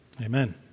Amen